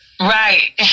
Right